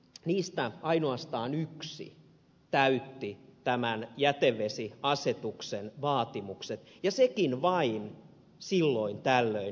niistä ainoastaan yksi täytti tämän jätevesiasetuksen vaatimukset ja sekin vain silloin tällöin eli satunnaisesti